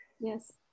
yes